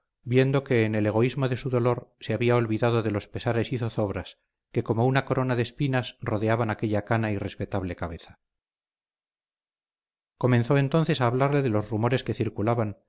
viendo que en el egoísmo de su dolor se había olvidado de los pesares y zozobras que como una corona de espinas rodeaban aquella cana y respetable cabeza comenzó entonces a hablarle de los rumores que circulaban